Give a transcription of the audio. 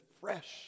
fresh